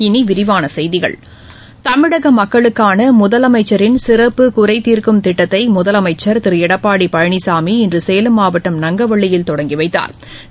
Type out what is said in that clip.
இனி விரிவான செய்திகள் தமிழக மக்களுக்கான முதலமச்சரின் சிறப்பு குறைதீர்க்கும் திட்டத்தை முதலமைச்சர் திரு எடப்பாடி பழனிசாமி இன்று சேலம் மாவட்டம் நங்கவள்ளியில் தொடங்கி வைத்தாா்